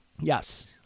Yes